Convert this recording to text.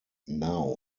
now